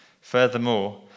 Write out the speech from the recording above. Furthermore